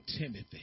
Timothy